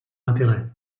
intérêt